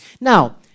Now